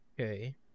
Okay